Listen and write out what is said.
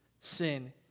sin